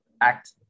act